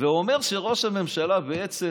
ואומר שראש הממשלה בעצם